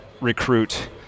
recruit